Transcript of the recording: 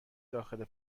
داخل